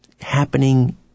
happening